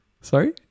Sorry